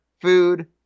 food